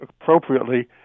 appropriately